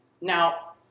Now